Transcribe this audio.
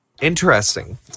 Interesting